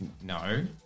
No